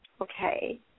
Okay